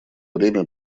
время